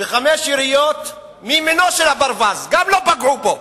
וחמש יריות מימינו של הברווז, שגם לא פגעו בו.